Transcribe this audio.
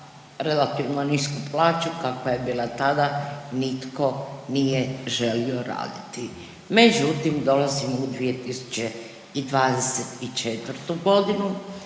relativno nisku plaću kakva je bila tada nitko nije želio raditi. Međutim, dolazimo u 2024. g.